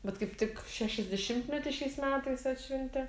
vat kaip tik šešiasdešimtmetį šiais metais atšventė